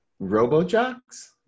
RoboJocks